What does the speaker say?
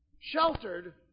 sheltered